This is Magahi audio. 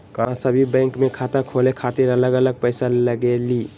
का सभी बैंक में खाता खोले खातीर अलग अलग पैसा लगेलि?